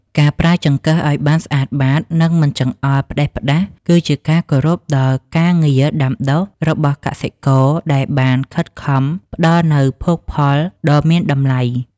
ការប្រើចង្កឹះឱ្យបានស្អាតបាតនិងមិនចង្អុលផ្តេសផ្តាសគឺជាការគោរពដល់ការងារដាំដុះរបស់កសិករដែលបានខិតខំផ្តល់នូវភោគផលដ៏មានតម្លៃ។